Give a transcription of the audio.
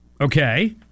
okay